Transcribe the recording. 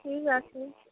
ঠিক আছে